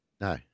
No